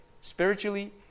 spiritually